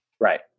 Right